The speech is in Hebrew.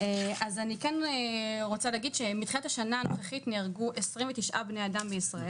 מתחילת השנה הנוכחית נהרגו 29 בני אדם בישראל